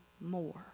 more